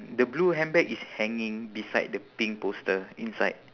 the blue handbag is hanging beside the pink poster inside